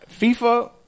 FIFA